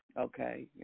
Okay